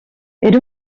era